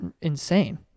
insane